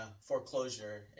foreclosure